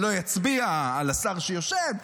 אני לא אצביע על השר שיושב,